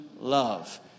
love